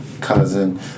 cousin